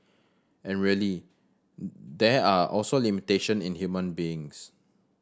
and really there are also limitation in human beings